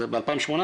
זה ב-2018,